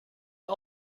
mir